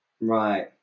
Right